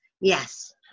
Yes